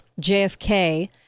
JFK